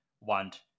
want